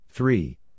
Three